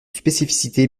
spécificité